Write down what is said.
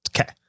Okay